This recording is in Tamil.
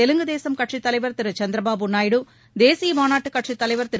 தெலுங்கு தேசம் கட்சித் தலைவர் திரு சந்திரபாபு நாயுடு தேசிய மாநாட்டுக் கட்சித் தலைவர் திரு